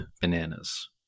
bananas